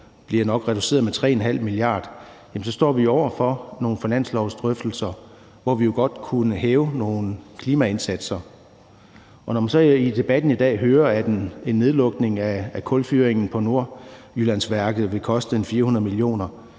bliver reduceret med 3,5 mia. kr., jamen så står vi jo over for nogle finanslovsdrøftelser, hvor vi godt kunne hæve nogle klimaindsatser. Og når man så i debatten i dag hører, at en nedlukning af kulfyringen på Nordjyllandsværket vil koste omkring